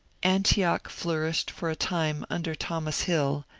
antioch flourished for a time under thomas hill,